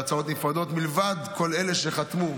בהצעות נפרדות, מלבד כל אלה שחתמו.